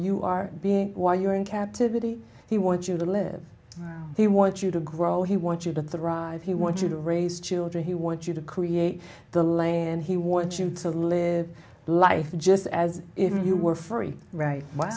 you are being while you're in captivity he wants you to live he wants you to grow he want you to thrive he want you to raise children he want you to create the land he wants you to live life just as if you were free right